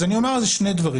אז אומר על זה שני דברים.